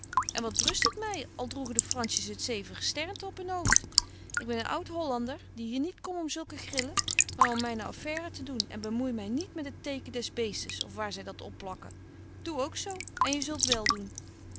en wat brust het my al droegen de fransjes het zeven gesternte op hun hoofd ik ben een oud hollander die hier niet kom om zulke grillen maar om myne afbetje wolff en aagje deken historie van mejuffrouw sara burgerhart faire te doen en bemoei my niet met het teken des beestes of waar zy dat opplakken doe ook zo en je zult wel doen